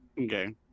Okay